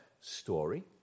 story